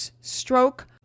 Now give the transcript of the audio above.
stroke